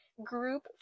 group